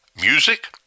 music